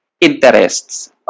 interests